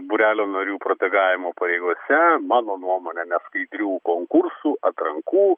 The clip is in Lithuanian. būrelio narių protegavimo pareigose mano nuomone neskaidrių konkursų atrankų